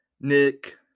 Nick